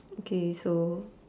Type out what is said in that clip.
okay so